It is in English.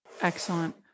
Excellent